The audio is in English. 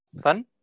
Fun